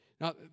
Now